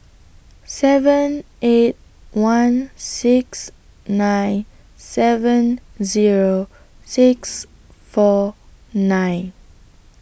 seven eight one six nine seven Zero six four nine